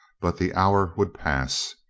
but the hour would pass.